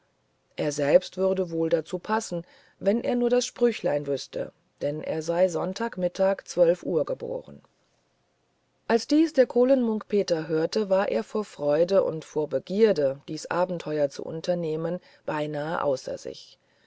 er selbst würde wohl dazu passen wenn er nur das sprüchlein wüßte denn er sei sonntag mittags zwölf uhr geboren als dies der kohlen munk peter hörte war er vor freude und vor begierde dies abenteuer zu unternehmen beinahe außer sich